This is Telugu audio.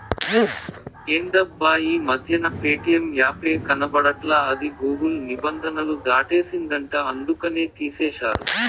ఎందబ్బా ఈ మధ్యన ప్యేటియం యాపే కనబడట్లా అది గూగుల్ నిబంధనలు దాటేసిందంట అందుకనే తీసేశారు